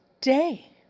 day